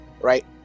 right